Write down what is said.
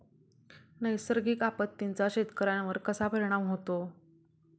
नैसर्गिक आपत्तींचा शेतकऱ्यांवर कसा परिणाम होतो?